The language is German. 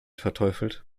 verteufelt